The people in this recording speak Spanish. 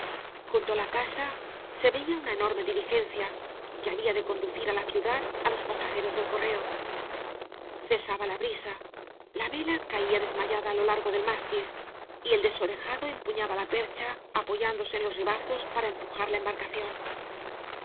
junto á la casa se veía una enorme diligencia que había de conducir á la ciudad á los paga jaros del correo cesaba la brisa la vela caía desmayada á lo largo del mástil y el desorejado empuñaba la percha apoyándose en los ribazos para empujar la embarcación